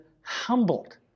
humbled